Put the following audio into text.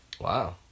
Wow